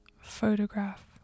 photograph